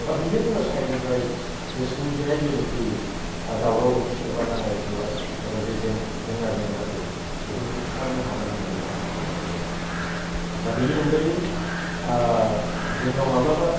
बा बिबिनन साइडनिफ्राय जे सोमजिनाय जेनाखि आर दावराव दावसि एबा नांलाय खमलाय एबा जेजों जेंना जेंगोनाफोर बेफोरखौ सुस्रांनो हागोन होननानै आंहा फोथायनाय दं दा बिनि अनगायै जोंनाव माब्लाबा